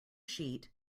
sheet